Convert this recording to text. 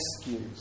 rescues